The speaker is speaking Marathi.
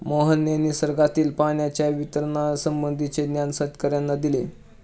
मोहनने निसर्गातील पाण्याच्या वितरणासंबंधीचे ज्ञान शेतकर्यांना दिले